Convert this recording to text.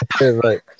Right